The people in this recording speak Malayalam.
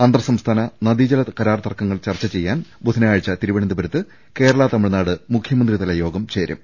അന്തർ സംസ്ഥാന നദീജല കരാർ തർക്കങ്ങൾ ചർച്ച ചെയ്യാൻ ബുധനാഴ്ച തിരുവനന്തപുരത്ത് കേരള തമിഴ്നാട് മുഖ്യമന്ത്രിതല യോഗം ചേരും